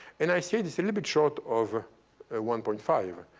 and i said, it's a little bit short of ah ah one point five.